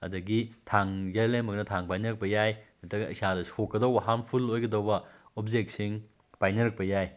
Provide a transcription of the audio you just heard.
ꯑꯗꯒꯤ ꯊꯥꯡ ꯂꯩꯔꯝꯂꯒꯅ ꯊꯥꯡ ꯄꯥꯏꯅꯔꯛꯄ ꯌꯥꯏ ꯅꯠꯇ꯭ꯔꯒ ꯏꯁꯥꯗ ꯁꯣꯛꯀꯗꯧꯕ ꯍꯥꯝꯐꯨꯜ ꯑꯣꯏꯒꯗꯧꯕ ꯑꯣꯕꯖꯦꯛꯁꯤꯡ ꯄꯥꯏꯅꯔꯛꯄ ꯌꯥꯏ